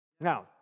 Now